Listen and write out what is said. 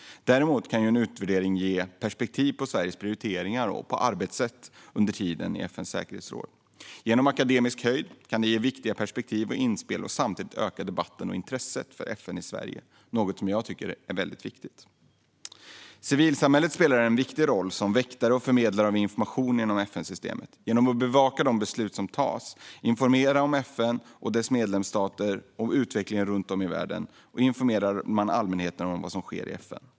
Däremot kan en utvärdering ge perspektiv på Sveriges prioriteringar och arbetssätt under tiden i FN:s säkerhetsråd. Genom akademisk höjd kan den ge viktiga perspektiv och inspel och samtidigt öka debatten om och intresset för FN i Sverige, något som jag tycker är viktigt. Civilsamhället spelar en viktig roll som väktare och förmedlare av information inom FN-systemet genom att bevaka de beslut som fattas, informera FN och dess medlemsstater om utvecklingen runt om i världen och informera allmänheten om vad som sker i FN.